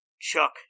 Chuck